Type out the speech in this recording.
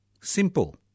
Simple